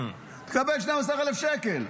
תקבל 12,000 שקל.